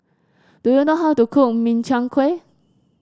do you know how to cook Min Chiang Kueh